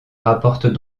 rapportent